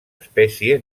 espècie